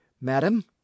madam